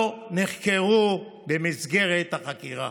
לא נחקרו במסגרת החקירה